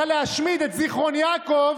תסביר לי למה לא?